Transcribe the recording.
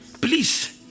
please